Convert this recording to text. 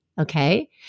okay